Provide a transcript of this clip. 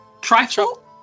Trifle